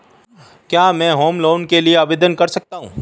क्या मैं home loan के लिए आवेदन कर सकता हूं?